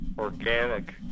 Organic